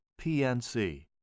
PNC